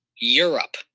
Europe